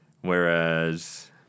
Whereas